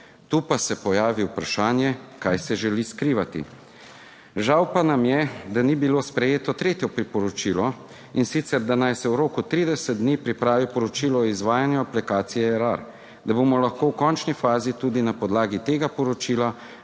Tu pa se pojavi vprašanje, kaj se želi skrivati? Žal pa nam je, da ni bilo sprejeto tretje priporočilo, in sicer, da naj se v roku 30 dni pripravi poročilo o izvajanju aplikacije Erar, da bomo lahko v končni fazi tudi na podlagi tega poročila